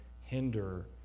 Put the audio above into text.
hinder